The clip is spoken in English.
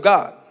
God